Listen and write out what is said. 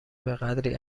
بهقدری